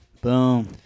Boom